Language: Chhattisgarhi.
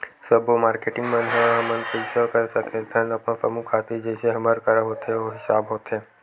सब्बो मारकेटिंग मन ह हमन पइसा सकेलथन अपन समूह खातिर जइसे हमर करा होथे ओ हिसाब होथे